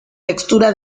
textura